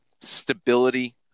Stability